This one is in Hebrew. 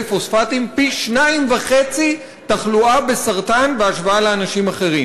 פוספטים פי-2.5 תחלואה בסרטן בהשוואה לאנשים אחרים.